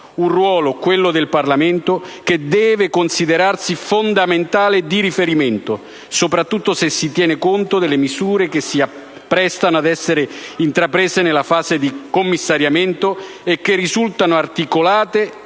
Un ruolo, quello del Parlamento, che deve considerarsi fondamentale e di riferimento, soprattutto se si tiene conto delle misure che si apprestano ad essere intraprese nella fase di commissariamento e che risultano articolate